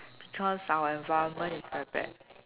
cause our environment is very bad